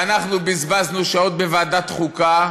ואנחנו בזבזנו שעות בוועדת חוקה